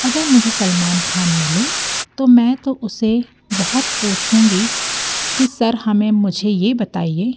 अगर मुझे सलमान ख़ान मिले तो मैं तो उसे बहुत पूछूँगी कि सर हमें मुझे ये बताइए